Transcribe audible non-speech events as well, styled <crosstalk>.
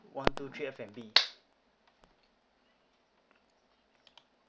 one two three F&B <noise>